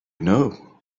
know